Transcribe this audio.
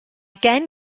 gen